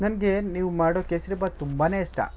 ನನಗೆ ನೀವು ಮಾಡೊ ಕೇಸರಿ ಬಾತ್ ತುಂಬನೆ ಇಷ್ಟ